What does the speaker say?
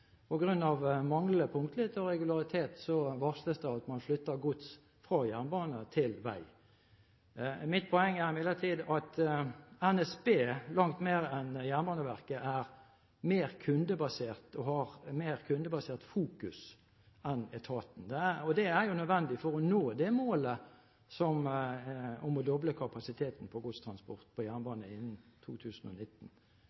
punktlighet og regularitet varsles det at man flytter gods fra jernbane til vei. Mitt poeng er imidlertid at NSB er langt mer kundebasert, har mer kundebasert fokus, enn etaten Jernbaneverket, noe som er nødvendig for å nå målet om å doble kapasiteten på godstransport på